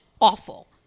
awful